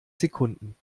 sekunden